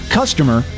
customer